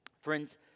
Friends